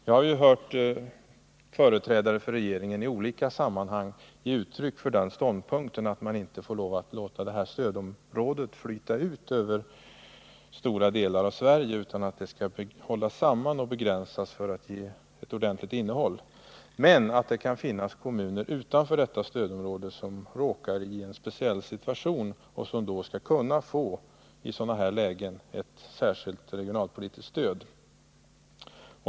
Vi har hört företrädare för regeringen i olika sammanhang ge uttryck för den synpunkten att man inte får låta det här stödområdet flyta ut över stora delar av Sverige, utan att det skall hållas samman och begränsas för att få ett ordentligt innehåll men att det då också kan finnas kommuner utanför detta stödområde som kan råka i en speciell situation och i sådana lägen skall kunna få ett särskilt regionalpolitiskt stöd.